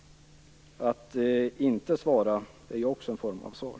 Att inte svara är också en form av svar!